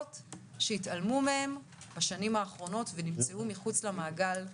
שהתעלמו מהם בשנים האחרונות ונמצאו מחוץ למעגל.